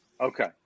Okay